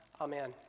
Amen